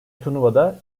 turnuvada